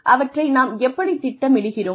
அவற்றை நாம் எப்படித் திட்டமிடுகிறோம்